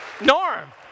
Norm